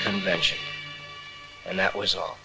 convention and that was all